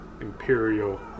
Imperial